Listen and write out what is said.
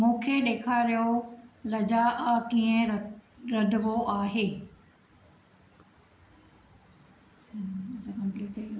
मूंखे ॾेखारियो लजाआ कीअं र रधबो आहे